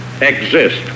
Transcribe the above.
exist